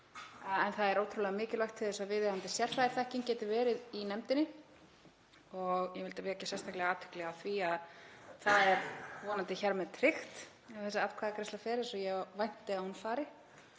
en það er ótrúlega mikilvægt til þess að viðeigandi sérfræðiþekking geti verið í nefndinni og ég vildi vekja sérstaklega athygli á því að það er vonandi hér með tryggt, ef þessi atkvæðagreiðsla fer eins og ég vænti að hún fari,